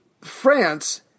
France